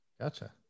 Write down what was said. Gotcha